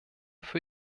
für